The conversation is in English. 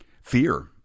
Fear